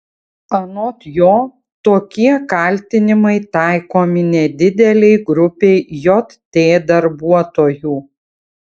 anot jo tokie kaltinimai taikomi nedidelei grupei jt darbuotojų